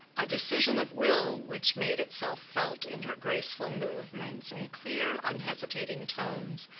a decision of will which made itself felt in her graceful movements and clear unhesitating tones,